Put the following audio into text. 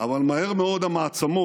אבל מהר מאוד המעצמות,